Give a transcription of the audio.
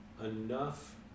enough